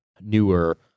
newer